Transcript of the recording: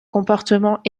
comportement